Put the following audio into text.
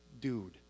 dude